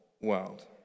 world